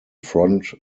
front